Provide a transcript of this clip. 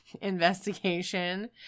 investigation